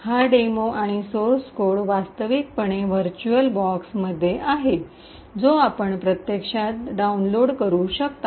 हा डेमो आणि source code वास्तविकपणे व्हर्च्युअलबॉक्स मध्ये आहे जो आपण प्रत्यक्षात डाउनलोड करू शकता